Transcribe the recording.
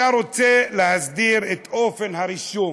אתה רוצה להסדיר את אופן הרישום,